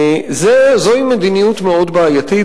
זוהי מדיניות מאוד בעייתית,